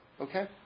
Okay